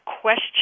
question